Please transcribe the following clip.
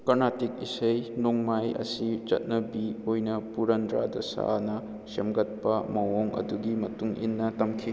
ꯀꯔꯅꯥꯇꯤꯛ ꯏꯁꯩ ꯅꯣꯡꯃꯥꯏ ꯑꯁꯤ ꯆꯠꯅꯕꯤ ꯑꯣꯏꯅ ꯄꯨꯔꯟꯗ꯭ꯔ ꯗꯁꯅ ꯁꯦꯝꯒꯠꯄ ꯃꯑꯣꯡ ꯑꯗꯨꯒꯤ ꯃꯇꯨꯡꯏꯟꯅ ꯇꯝꯈꯤ